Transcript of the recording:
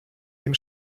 тим